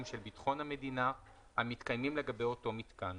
של ביטחון המדינה המתקיימים לגבי אותו מיתקן.